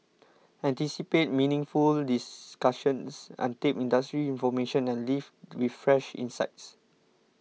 anticipate meaningful discussions untapped industry information and leave with fresh insights